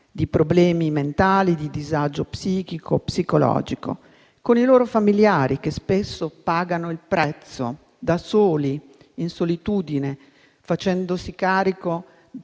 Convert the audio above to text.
di problemi mentali o di disagio psichico o psicologico e poi ai loro familiari, che spesso pagano il prezzo da soli, in solitudine, facendosi carico,